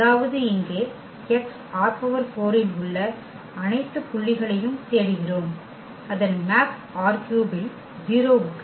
அதாவது இங்கே x ℝ4 இல் உள்ள அனைத்து புள்ளிகளையும் தேடுகிறோம் அதன் மேப் ℝ3 இல் 0 க்கு